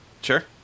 Sure